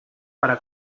para